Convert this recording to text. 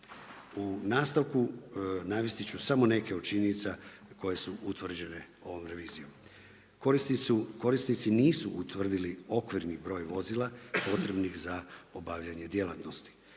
U nastavku navesti ću samo neke od činjenica koje su utvrđene ovom revizijom. Korisnici nisu utvrdili okvirni broj vozila potrebnih za obavljanje djelatnosti,